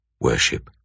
Worship